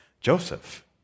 Joseph